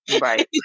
Right